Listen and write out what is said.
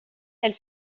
elle